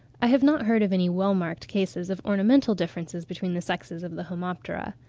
i have not heard of any well-marked cases of ornamental differences between the sexes of the homoptera.